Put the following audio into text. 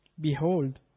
Behold